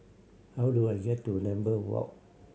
how do I get to Lambeth Walk